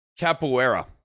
capoeira